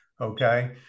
Okay